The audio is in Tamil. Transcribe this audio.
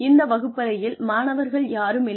இந்த வகுப்பறையில் மாணவர்கள் யாரும் இல்லை